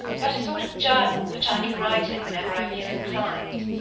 but a sort of journal which i can write in whenever i feel inclined.